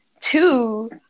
Two